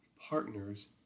partners